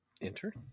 Enter